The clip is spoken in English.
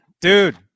dude